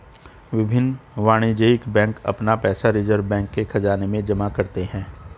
विभिन्न वाणिज्यिक बैंक अपना पैसा रिज़र्व बैंक के ख़ज़ाने में जमा करते हैं